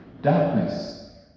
Darkness